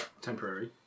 Temporary